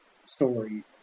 story